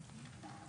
בבית...